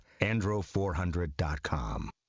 Andro400.com